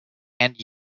and